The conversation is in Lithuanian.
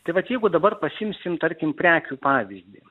tai vat jeigu dabar pasiimsim tarkim prekių pavyzdį